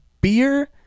beer